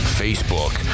facebook